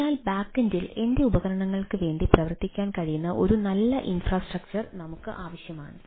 അതിനാൽ ബാക്കെൻഡിൽ എന്റെ ഉപകരണങ്ങൾക്ക് വേണ്ടി പ്രവർത്തിക്കാൻ കഴിയുന്ന ഒരു നല്ല ഇൻഫ്രാസ്ട്രക്ചർ നമുക്ക് ആവശ്യമാണ്